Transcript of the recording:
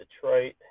Detroit